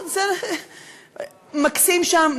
מקסים שם,